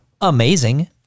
amazing